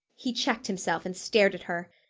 he checked himself and stared at her.